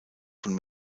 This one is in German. von